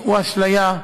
זאת אשליה.